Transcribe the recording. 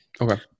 Okay